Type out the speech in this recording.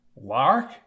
Lark